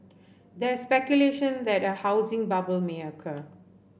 there is speculation that a housing bubble may occur